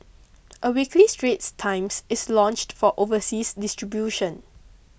a weekly Straits Times is launched for overseas distribution